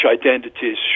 identities